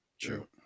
True